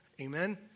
Amen